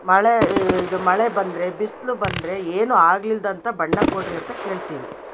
ಮಳೆ ಇದು ಮಳೆ ಬಂದರೆ ಬಿಸಿಲು ಬಂದರೆ ಏನು ಆಗಲಿಲ್ಲದಂತ ಬಣ್ಣ ಕೊಡ್ರಿ ಅಂತ ಕೇಳ್ತಿವಿ